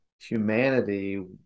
humanity